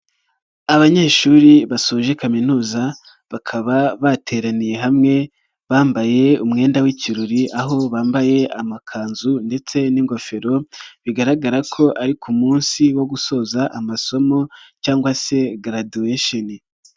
Abanyeshuri basoje kaminuza bakaba bateraniye hamwe bambaye umwenda w'ikirori aho bambaye amakanzu ndetse n'ingofero bigaragara ko ari ku munsi wo gusoza amasomo cyangwa se garaduwesheni.